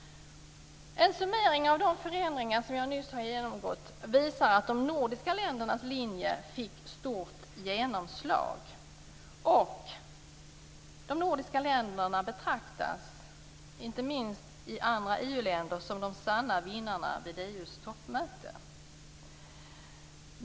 En summering av de förändringar som jag nyss har gått igenom visar att de nordiska ländernas linje fick stort genomslag. De nordiska länderna betraktas, inte minst i andra EU-länder, som de sanna vinnarna vid EU:s toppmöte.